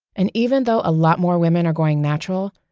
and even though a lot more women are going natural,